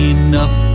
enough